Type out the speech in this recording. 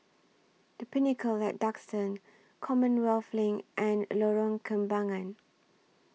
The Pinnacle At Duxton Commonwealth LINK and Lorong Kembagan